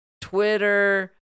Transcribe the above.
Twitter